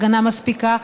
הגנה מספיקה,